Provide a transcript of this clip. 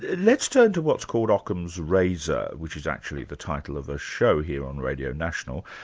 let's turn to what's called ockham's razor, which is actually the title of a show here on radio national.